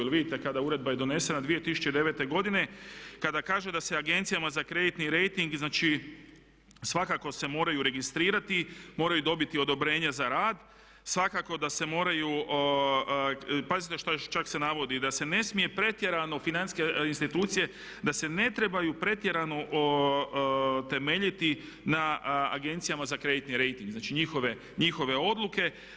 Jer vidite kada uredba je donesena 2009. godine kada kažu da se agencijama za kreditni rejting, znači svakako se moraju registrirati, moraju dobiti odobrenje za rad, svakako da se moraju, pazite što čak se navodi da se ne smije pretjerano financijske institucije da se ne trebaju pretjerano temeljiti na agencijama za kreditni rejting, njihove odluke.